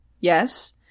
Yes